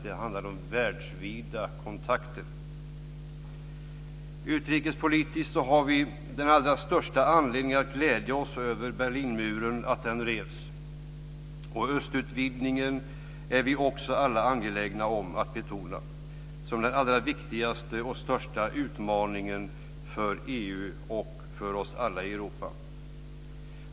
Det handlar om världsvida kontakter. Utrikespolitiskt har vi den allra största anledning att glädja oss över att Berlinmuren revs, och östutvidgningen är vi också alla angelägna om att betona som den allra viktigaste och största utmaningen för EU och oss alla i Europa.